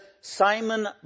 Simon